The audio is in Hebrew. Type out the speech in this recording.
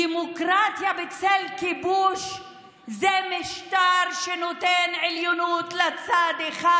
דמוקרטיה בצל כיבוש זה משטר שנותן עליונות לצד אחד,